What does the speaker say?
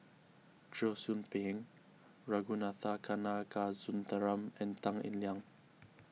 Cheong Soo Pieng Ragunathar Kanagasuntheram and Tan Eng Liang